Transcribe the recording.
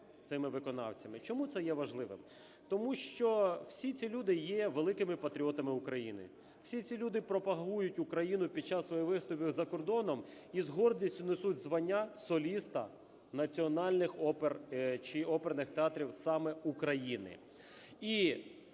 цими виконавцями. Чому це є важливим? Тому що всі ці люди є великими патріотами України. Всі ці люди пропагують Україну під час своїх виступів за кордоном і з гордістю несуть звання соліста національних опер чи оперних театрів саме України.